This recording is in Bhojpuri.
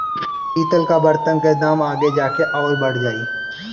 पितल कअ बर्तन के दाम आगे जाके अउरी बढ़ जाई